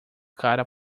cara